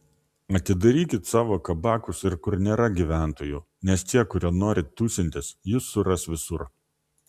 atidarykit savo kabakus ir kur nėra gyventojų nes tie kurie nori tūsintis jus suras visur